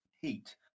heat